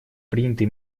приняты